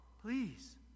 Please